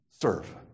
Serve